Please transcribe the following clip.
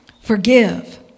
Forgive